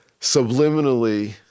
subliminally